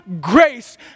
grace